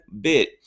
bit